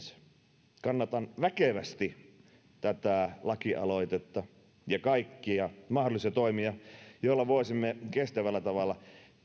kuin isoveljensä kannatan väkevästi tätä lakialoitetta ja kaikkia mahdollisia toimia joilla voisimme vihdoinkin kestävällä tavalla